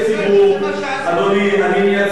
אדוני, אני מייצג ציבור.